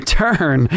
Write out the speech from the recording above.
turn